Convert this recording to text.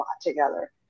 together